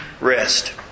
rest